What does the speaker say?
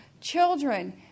children